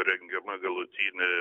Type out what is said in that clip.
rengiama galutinė